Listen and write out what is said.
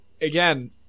again